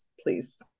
please